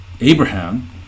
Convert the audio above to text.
Abraham